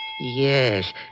Yes